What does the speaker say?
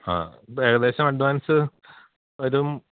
ആ അത് ഏകദേശം അഡ്വാൻസ് വരും